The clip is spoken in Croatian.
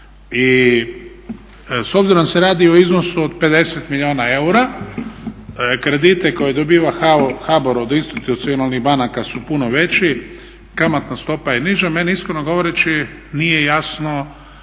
I s obzirom da se radi o iznosu od 50 milijuna eura, kredite koje dobiva HBOR od institucionalnih banaka su puno veći, kamatna stopa je niža. Meni iskreno govoreći nije jasno